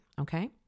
okay